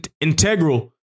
integral